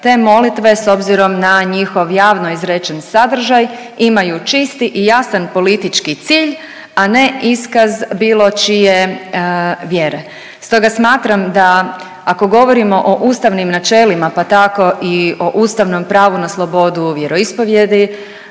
Te molitve s obzirom na njihov javno izrečen sadržaj imaju čisti i jasan politički cilj, a ne iskaz bilo čije vjere. Stoga smatram da ako govorimo o ustavnim načelima, pa tako i u ustavnom pravu na slobodu vjeroispovijedi,